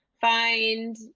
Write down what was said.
find